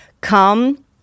Come